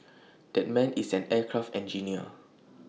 that man is an aircraft engineer